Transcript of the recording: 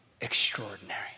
extraordinary